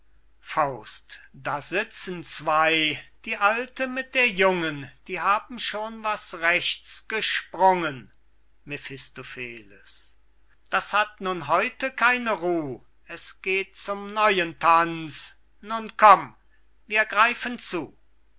fahren da sitzen zwey die alte mit der jungen die haben schon was rechts gesprungen mephistopheles das hat nun heute keine ruh es geht zum neuen tanz nun komm wir greifen zu